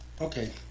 Okay